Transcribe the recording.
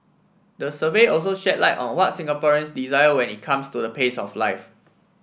the survey also shed light on what Singaporeans desire when it comes to the pace of life